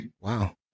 Wow